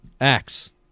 Acts